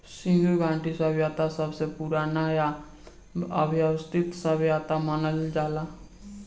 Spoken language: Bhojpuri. सिन्धु घाटी सभ्यता सबसे पुरान आ वयवस्थित सभ्यता मानल जाला